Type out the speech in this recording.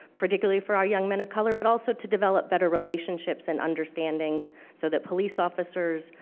particularly for our young men of color, but also to develop better relationships and understandings so that police officers,